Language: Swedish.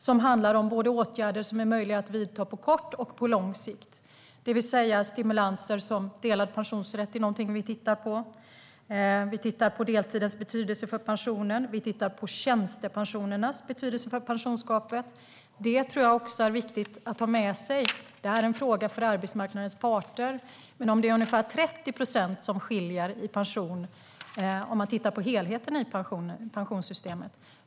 Det handlar om åtgärder som är möjliga att vidta både på kort och på lång sikt. Stimulanser som delad pensionsrätt är någonting vi tittar på. Vi tittar på deltidens betydelse för pensionen. Vi tittar på tjänstepensionernas betydelse för pensionerna. Det är viktigt att ha med sig. Det är en fråga för arbetsmarknadens parter. Det är ungefär 30 procent som skiljer i pension om man tittar på helheten i pensionssystemet.